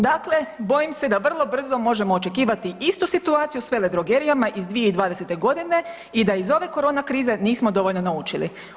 Dakle, bojim se da vrlo brzo možemo očekivati istu situaciju s veledrogerijama iz 2020. godine i da iz ove korona krize nismo dovoljno naučili.